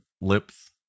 lips